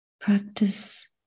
practice